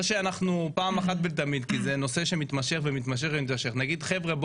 או שאנחנו פעם אחת ולתמיד כי זה נושא שמתמשך ומתמשך נגיד חבר'ה,